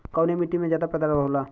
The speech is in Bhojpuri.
कवने मिट्टी में ज्यादा पैदावार होखेला?